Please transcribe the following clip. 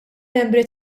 membri